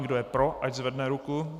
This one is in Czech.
Kdo je pro, ať zvedne ruku.